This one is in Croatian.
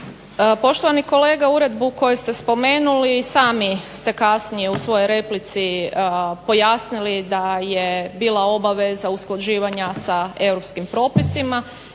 Poštovani kolega, uredbu koju se spomenuli sami ste kasnije u svojoj replici pojasnili da je bila obaveza usklađivanja sa europskim propisima